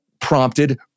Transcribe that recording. prompted